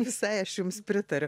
visai aš jums pritariu